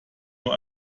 nur